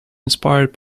inspired